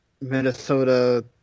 Minnesota